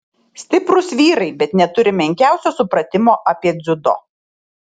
stiprūs vyrai bet neturi menkiausio supratimo apie dziudo